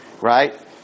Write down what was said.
right